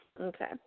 Okay